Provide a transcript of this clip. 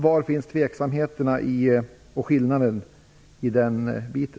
Var finns tveksamheterna och skillnaden i detta?